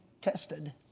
tested